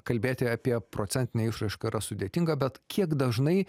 kalbėti apie procentinę išraišką yra sudėtinga bet kiek dažnai